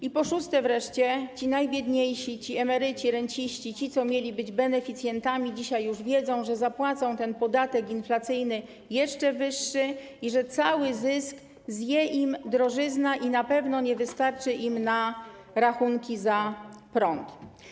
I po szóste wreszcie, ci najbiedniejsi, emeryci, renciści, ci, co mieli być beneficjentami, dzisiaj już wiedzą, że zapłacą ten podatek inflacyjny jeszcze wyższy i że cały zysk zje im drożyzna i na pewno nie wystarczy im na rachunki za prąd.